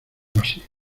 basilio